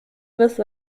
with